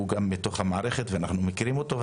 שהוא גם בתוך המערכת ואנחנו מכירים אותו,